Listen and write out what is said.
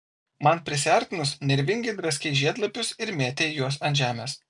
man prisiartinus nervingai draskei žiedlapius ir mėtei juos ant žemės